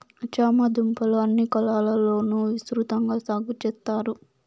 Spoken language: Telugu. చామ దుంపలు అన్ని కాలాల లోనూ విసృతంగా సాగు చెత్తారు